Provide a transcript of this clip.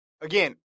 Again